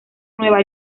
nueva